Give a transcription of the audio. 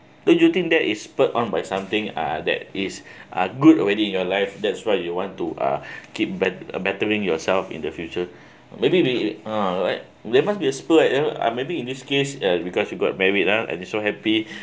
don't you think that is spurred on by something uh that is uh good already in your life that's why you want to uh keep bet~ uh bettering yourself in the future maybe they uh like they must be a spur at you know uh maybe in this case uh because you got married uh and you so happy